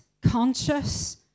conscious